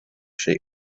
shaped